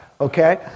okay